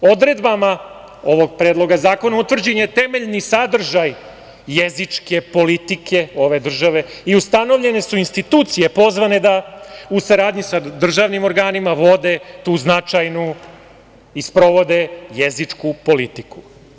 Odredbama ovog Predloga zakona utvrđen je temeljni sadržaj jezičke politike ove države i ustanovljene su institucije pozvane da u saradnji sa državnim organima vode tu značajnu i sprovode jezičku politiku.